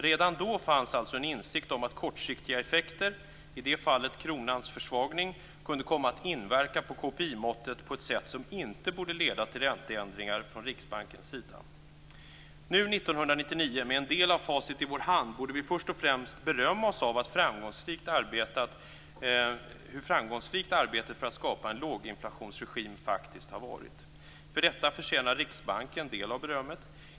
Redan då fanns alltså en insikt om att kortsiktiga effekter, i det fallet kronans försvagning, kunde komma att inverka på KPI-måttet på ett sätt som inte borde leda till ränteändringar från Riksbankens sida. Nu år 1999, med en del av facit i vår hand, borde vi först och främst berömma oss av hur framgångsrikt arbetet för att skapa en låginflationsregim faktiskt har varit. För detta förtjänar Riksbanken en del av berömmet.